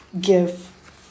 give